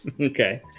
Okay